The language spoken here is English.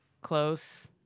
close